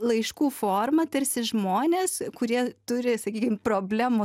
laiškų forma tarsi žmonės kurie turi sakykim problemų